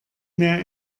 mehr